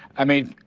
i mean,